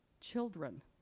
children